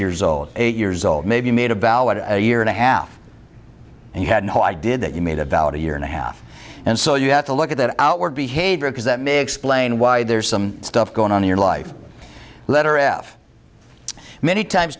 years old eight years old maybe made a vow at a year and a half and you had no idea that you made a valid a year and a half and so you have to look at that outward behavior because that may explain why there's some stuff going on in your life letter f many times